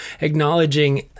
acknowledging